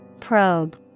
Probe